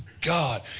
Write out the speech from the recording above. God